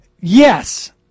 Yes